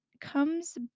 comes